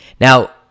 Now